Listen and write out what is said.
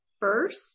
first